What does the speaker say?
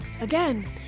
Again